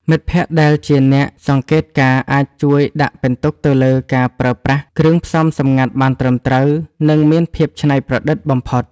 មិត្តភក្តិដែលជាអ្នកសង្កេតការណ៍អាចជួយដាក់ពិន្ទុទៅលើការប្រើប្រាស់គ្រឿងផ្សំសម្ងាត់បានត្រឹមត្រូវ និងមានភាពច្នៃប្រឌិតបំផុត។